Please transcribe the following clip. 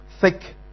thick